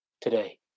today